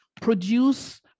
produce